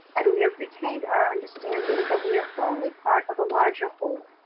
and we have retained our understanding that we are only part of a larger whole.